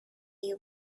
you